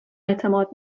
اعتماد